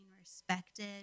respected